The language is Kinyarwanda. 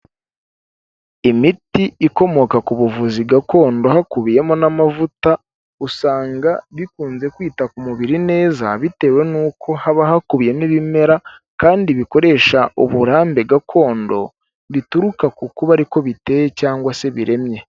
Imiti ikomoka ku buvuzi gakondo hakubiyemo n'amavuta, usanga bikunze kwita ku mubiri neza bitewe n'uko haba hakubiyemo ibimera, kandi bikoresha uburambe gakondo, bituruka ku kuba ari ko biteye cyangwa se biremye.